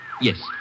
Yes